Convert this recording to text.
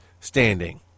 standing